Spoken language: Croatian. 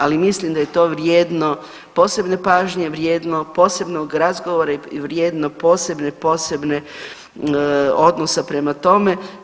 Ali mislim da je to vrijedno posebne pažnje, vrijedno posebnog razgovora i vrijedno posebnog odnosa prema tome.